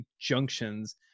junctions